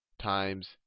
times